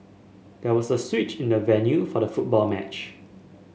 there was a switch in the venue for the football match